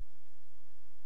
הוריה.